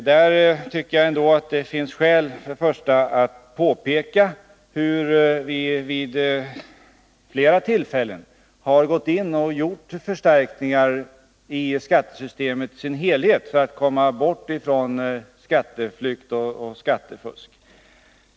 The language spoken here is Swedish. Här finns det till att börja med skäl att påpeka att vi vid flera tillfällen har gjort förstärkningar i skattesystemet som helhet för att motverka skatteflykt och skattefusk.